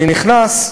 אני נכנס,